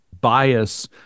bias